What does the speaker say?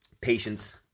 Patience